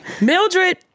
Mildred